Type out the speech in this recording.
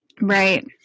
Right